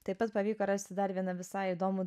taip pat pavyko rasti dar vieną visai įdomų